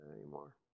anymore